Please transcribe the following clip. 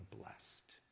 blessed